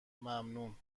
ممنون